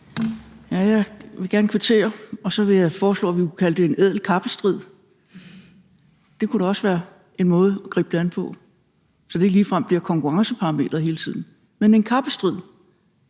Jeg vil gerne kvittere, og jeg vil så foreslå, at vi kunne kalde det en ædel kappestrid. Det kunne da også være en måde at gribe det an på, så det ikke ligefrem bliver konkurrenceparameteret hele tiden, men en kappestrid